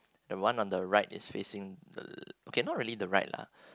the one on the right is facing uh okay not really the right lah